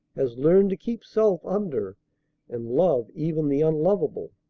has learned to keep self under and love even the unlovable,